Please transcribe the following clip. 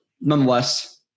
Nonetheless